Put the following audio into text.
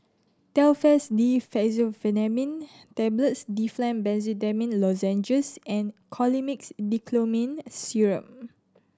Telfast D Fexofenadine Tablets Difflam Benzydamine Lozenges and Colimix Dicyclomine Syrup